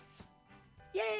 Yay